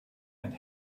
and